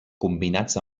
combinats